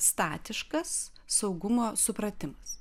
statiškas saugumo supratimas